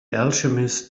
alchemist